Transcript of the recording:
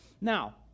now